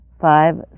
five